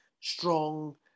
strong